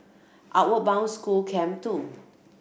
Outward Bound School Camp Two